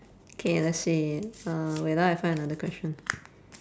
okay let's see uh wait ah I find another question